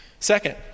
Second